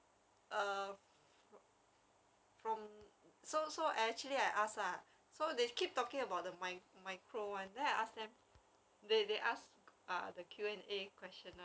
err from so so actually I ask lah so they keep talking about the mi~ micro [one] then I ask them they they asked the Q&A question lah